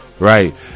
Right